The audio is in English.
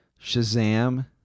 Shazam